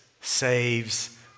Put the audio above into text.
saves